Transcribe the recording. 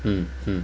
mmhmm